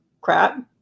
crap